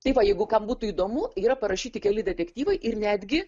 tai va jeigu kam būtų įdomu yra parašyti keli detektyvai ir netgi